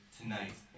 tonight